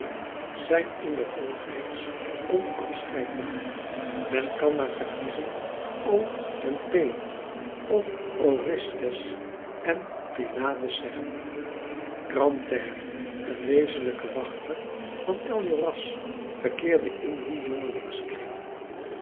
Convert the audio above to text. zijn in de volgreeks onafscheidbaar men kan naar verkiezing o en p of orestes en pylades zeggen grantaire een wezenlijke wachter van enjolras verkeerde in dien